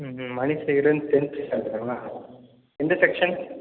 ம்ம் Manisekaran tenth ஸ்டாண்டர்ட்ங்களா எந்த section